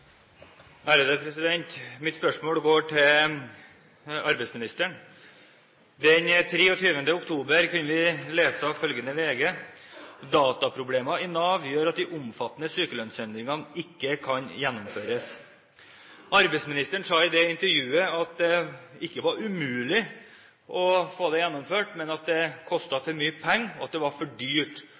Mitt spørsmål går til arbeidsministeren. Den 23. oktober kunne vi lese følgende i VG: «Dataproblemer i NAV gjør at de omfattende sykelønnsendringene ikke kan gjennomføres.» Arbeidsministeren sa i det intervjuet at det ikke var umulig å få det gjennomført, men at det koster for mye penger, og at det er for dyrt